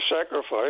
sacrifice